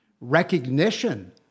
recognition